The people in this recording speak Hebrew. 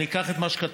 אני אקח את מה שכתבת,